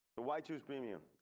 but why choose premium